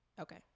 Okay